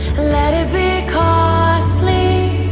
let it be costly.